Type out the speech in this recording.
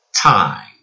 time